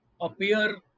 appear